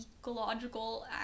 ecological